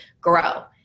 grow